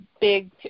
big